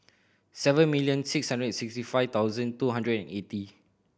seven million six hundred and sixty five thousand two hundred and eighty